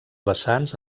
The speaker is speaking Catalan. vessants